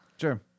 sure